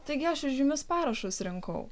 taigi aš žymius parašus rinkau